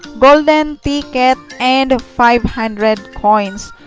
golden ticket and ah five hundred coins.